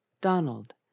Donald